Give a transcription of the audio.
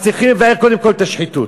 אז צריכים לבער קודם כול את השחיתות.